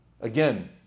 Again